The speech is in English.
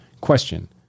Question